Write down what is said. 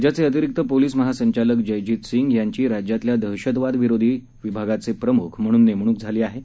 राज्याचे अतिरिक्त पोलीस महासंचालक जय जीत सिंग यांची राज्यातल्या दहशतवाद विरोधी विभागाचे प्रमुख म्हणून नेमणूक झाली आहे